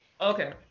Okay